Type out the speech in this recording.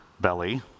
belly